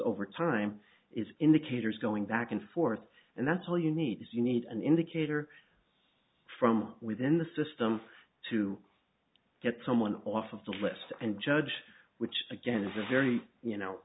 over time is indicators going back and forth and that's all you need is you need an indicator from within the system to get someone off of the list and judge which again is a very you know